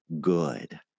good